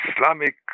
Islamic